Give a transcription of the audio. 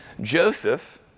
Joseph